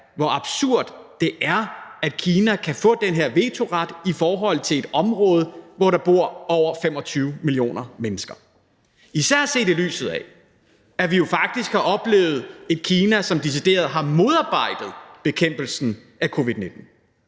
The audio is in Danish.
hvor absurd det er, at Kina kan få den her vetoret i forhold til et område, hvor der bor over 25 millioner mennesker, og især set i lyset af at vi jo faktisk har oplevet et Kina, som decideret har modarbejdet bekæmpelsen af covid-19.